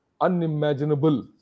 unimaginable